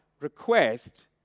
request